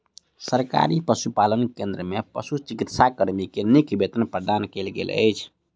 सरकारी पशुपालन केंद्र में पशुचिकित्सा कर्मी के नीक वेतन प्रदान कयल गेल अछि